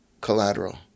collateral